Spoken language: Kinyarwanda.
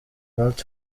larry